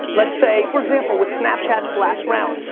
let's say, for example, with snapchat's last round,